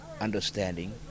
understanding